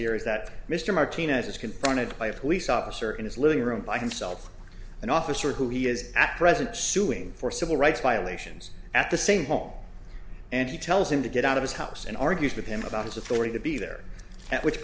here is that mr martinez is confronted by a police officer in his living room by himself an officer who he is at present suing for civil rights violations at the same home and he tells him to get out of his house and argues with him about his authority to be there at which